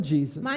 Jesus